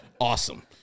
Awesome